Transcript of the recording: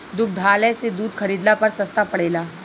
दुग्धालय से दूध खरीदला पर सस्ता पड़ेला?